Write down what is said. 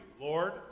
Lord